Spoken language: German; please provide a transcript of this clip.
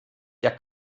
der